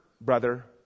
brother